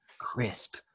crisp